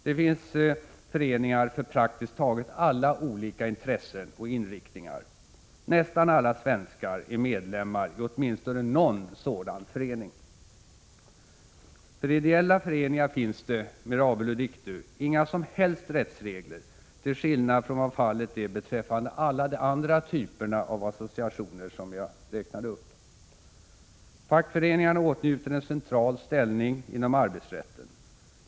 Det finns föreningar för praktiskt taget alla olika intressen och inriktningar. Nästan alla svenskar är medlemmar i åtminstone någon sådan förening. För ideella föreningar finns det, mirabile dictu, inga som helst rättsregler, till skillnad från vad fallet är beträffande alla de andra typer av associationer som jag räknade upp. Fackföreningarna åtnjuter en central ställning inom arbetsrätten.